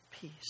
peace